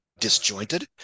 disjointed